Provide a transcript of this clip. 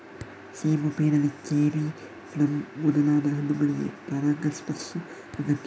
ಸೇಬು, ಪೇರಳೆ, cherry, plum ಮೊದಲಾದ ಹಣ್ಣುಗಳಿಗೆ ಪರಾಗಸ್ಪರ್ಶ ಅಗತ್ಯ